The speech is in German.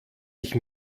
ich